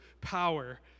power